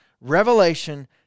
revelation